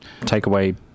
takeaway